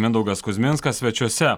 mindaugas kuzminskas svečiuose